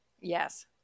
yes